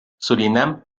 surinam